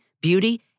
beauty